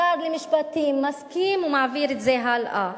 שר המשפטים מסכים ומעביר את זה הלאה.